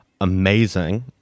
amazing